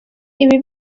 ibi